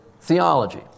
theology